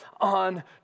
on